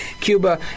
Cuba